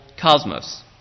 cosmos